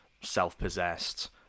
self-possessed